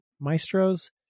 Maestro's